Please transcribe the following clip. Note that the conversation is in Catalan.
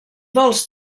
vols